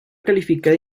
calificada